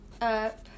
up